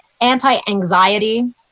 anti-anxiety